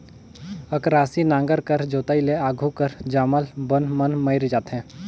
अकरासी नांगर कर जोताई ले आघु कर जामल बन मन मइर जाथे